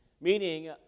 meaning